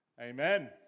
Amen